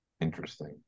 interesting